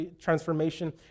transformation